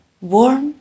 Warm